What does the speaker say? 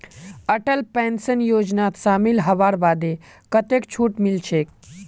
Atal pension योजनात शामिल हबार बादे कतेक छूट मिलछेक